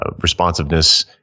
responsiveness